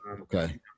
Okay